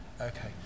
Okay